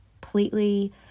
completely